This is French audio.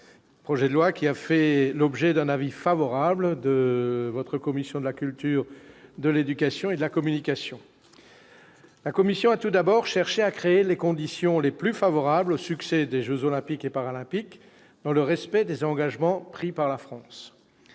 projet de loi qui a fait l'objet d'un avis favorable de votre commission de la culture, de l'éducation et de la communication, la commission a tout d'abord cherché à créer les conditions les plus favorables au succès des Jeux olympiques et paralympiques, dans le respect des engagements pris par la France,